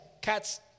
cats